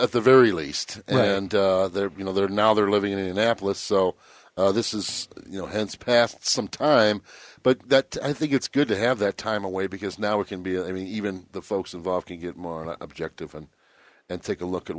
at the very least and you know they're now they're living in annapolis so this is you know hence past some time but that i think it's good to have that time away because now we can be i mean even the folks involved to get more objective and take a look at